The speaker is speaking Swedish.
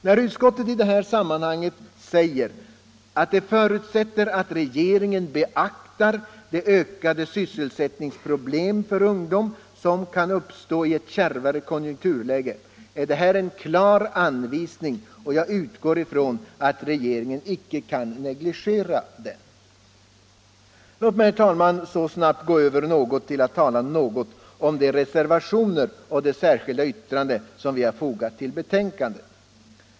När utskottet i detta sammanhang säger att det förutsätter att regeringen beaktar de ökade sysselsättningsproblem för ungdom som kan uppstå i ett kärvare konjunkturläge, är detta en klar anvisning, som jag utgår ifrån att regeringen inte kan negligera. Låt mig, herr talman, så gå över till att tala något om de reservationer och det särskilda yttrande som vi har fogat vid betänkandet.